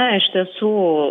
na iš tiesų